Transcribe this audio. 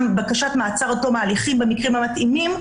בקשת מעצר עד תום ההליכים במקרים המתאימים,